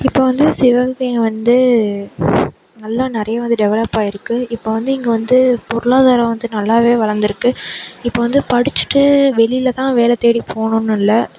இப்போ வந்து சிவகங்கையில் வந்து நல்லா நிறையா வந்து டெவலப் ஆகிருக்கு இப்போ வந்து இங்கு வந்து பொருளாதாரம் வந்து நல்லாவே வளர்ந்துருக்கு இப்போ வந்து படிச்சுட்டு வெளியில் தான் வேலை தேடி போகணுன்னு இல்லை